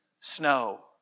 snow